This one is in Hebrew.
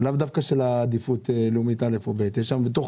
לאו דווקא של עדיפות לאומית א' ו-ב' בתוך